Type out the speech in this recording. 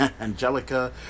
Angelica